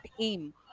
aim